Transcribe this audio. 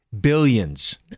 billions